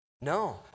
No